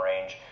range